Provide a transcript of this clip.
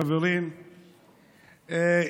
חברים,